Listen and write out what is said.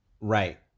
Right